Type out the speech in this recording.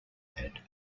had